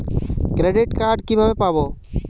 Credit card কিভাবে পাব?